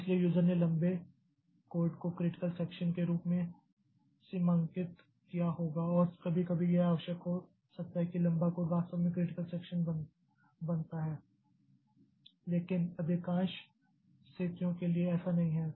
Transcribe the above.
इसलिए यूज़र ने लंबे कोड को क्रिटिकल सेक्षन के रूप में सीमांकित किया होगा और कभी कभी यह आवश्यक हो सकता है कि लंबा कोड वास्तव में क्रिटिकल सेक्षन बनाता है लेकिन अधिकांश स्थितियों के लिए ऐसा नहीं है